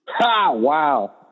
Wow